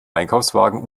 einkaufswagen